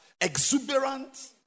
exuberant